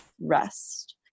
rest